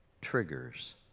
triggers